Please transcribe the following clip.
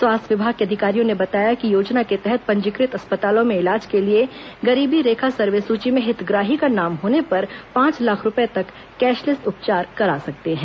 स्वास्थ्य विभाग के अधिकारियों ने बताया कि योजना के तहत पंजीकृत अस्पतालों में इलाज के लिए गरीबी रेखा सर्वे सूची में हितग्राही का नाम होने पर पांच लाख रूपए तक कैशलेस उपचार करा सकते हैं